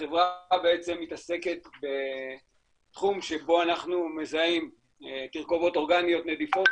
החברה מתעסקת בתחום שבו אנחנו מזהים תרכובות אורגניות נדיפות,